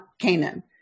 Canaan